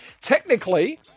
technically